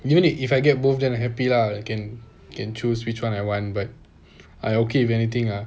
even if I get both then happy lah can can choose which one I want but I okay with anything ah